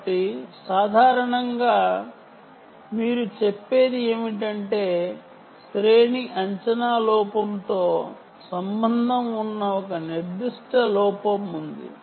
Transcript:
కాబట్టి సాధారణంగా మీరు చెప్పేది ఏమిటంటే శ్రేణి అంచనాలో లోపంతో సంబంధం ఉన్న ఒక నిర్దిష్ట లోపం ఉంది